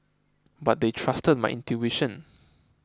but they trusted my intuition